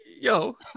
Yo